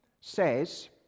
says